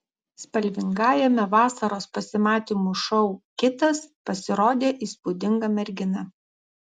spalvingajame vasaros pasimatymų šou kitas pasirodė įspūdinga mergina